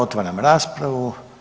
Otvaram raspravu.